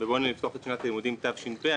בבואנו לפתוח את שנת הלימודים תש"פ.